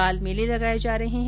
बाल मेले लगाये जा रहे है